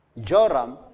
Joram